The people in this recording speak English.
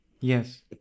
yes